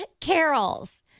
Carols